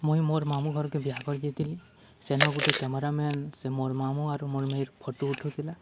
ମୁଇଁ ମୋର ମାମଁ ଘରକେ ବିହାକରି ଯାଇଥିଲି ସେନ ଗୋଟେ କ୍ୟାମେରାମ୍ୟାନ୍ ସେ ମୋର ମାମଁ ଆରୁ ମୋର୍ ମେର୍ ଫଟୋ ଉଠଉ ଥିଲା